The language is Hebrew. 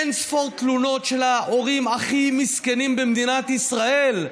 אין-ספור תלונות של ההורים הכי מסכנים במדינת ישראל,